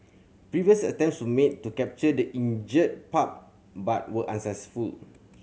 previous attempts made to capture the injured pup but were unsuccessful